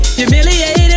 humiliated